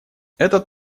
этот